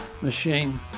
machine